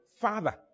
Father